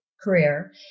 career